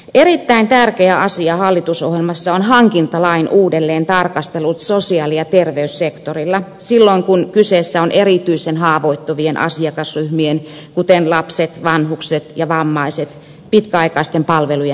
erittäin tärkeä asia hallitusohjelmassa on hankintalain uudelleen tarkastelu sosiaali ja terveyssektorilla silloin kun kyseessä on erityisen haavoittuvien asiakasryhmien kuten lasten vanhusten ja vammaisten pitkäaikaisten palvelujen hankinta